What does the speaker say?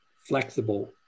Flexible